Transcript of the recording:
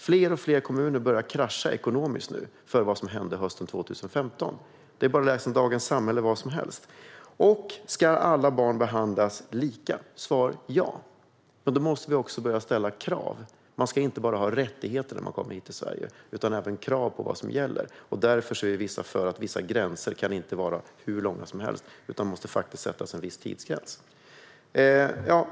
Fler och fler kommuner börjar krascha ekonomiskt nu beroende på vad som hände hösten 2015. Det är bara att läsa Dagens Samhälle eller vad som helst. Ska alla barn behandlas lika? Svar ja. Men då måste vi också börja ställa krav. Man ska inte bara ha rättigheter när man kommer hit till Sverige utan även krav på vad som gäller. Därför är vissa för att vissa gränser inte kan handla om hur långa tider som helst, utan det måste faktiskt sättas en viss tidsgräns.